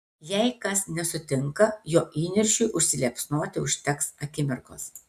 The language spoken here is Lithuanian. jei kas nesutinka jo įniršiui užsiliepsnoti užteks akimirkos